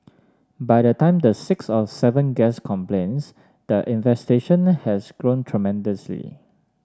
by the time the sixth or seventh guest complains the infestation has grown tremendously